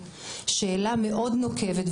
שאלה מאוד נוקבת,